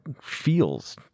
feels